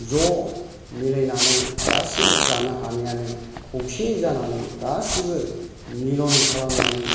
ज' मिलायनानै गासै जानो हानायानो खौसे जानानै गासैबो मिलन खालामनानै